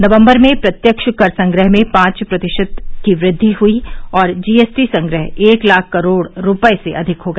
नवम्बर में प्रत्यक्ष कर संग्रह में पांच प्रतिशत की वृद्वि हुई और जीएसटी संग्रह एक लाख करोड़ रूपये से अधिक हो गया